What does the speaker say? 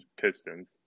Pistons